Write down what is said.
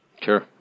Sure